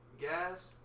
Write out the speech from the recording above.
gas